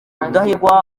rudahigwa